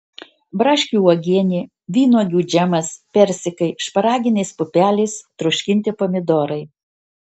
braškių uogienė vynuogių džemas persikai šparaginės pupelės troškinti pomidorai